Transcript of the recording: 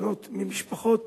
בנות ממשפחות